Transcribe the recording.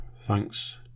thanks